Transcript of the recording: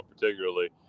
particularly